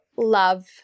love